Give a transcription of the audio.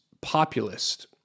populist